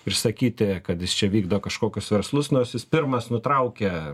ir sakyti kad jis čia vykdo kažkokius verslus nors jis pirmas nutraukia